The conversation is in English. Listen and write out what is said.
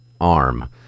arm